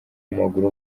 w’amaguru